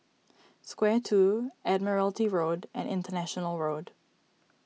Square two Admiralty Road and International Road